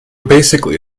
basically